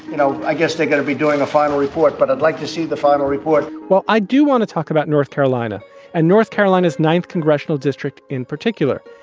you know, i guess they're going to be doing the final report, but i'd like to see the final report well, i do want to talk about north carolina and north carolina's ninth congressional district in particular.